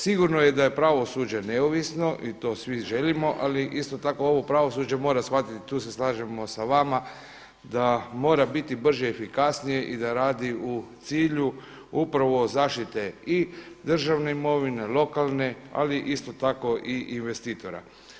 Sigurno je da je pravosuđe neovisno i to svi želimo ali isto tako ovo pravosuđe moramo shvatiti, tu se slažemo s vama, da mora biti brže i efikasnije i da radi u cilju upravo zaštite i državne imovine, lokalne ali isto tako i investitora.